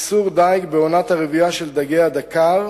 איסור דיג בעונת הרבייה של דגי הדקר,